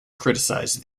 criticize